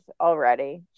already